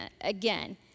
again